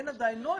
אין עדיין נוהל,